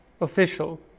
official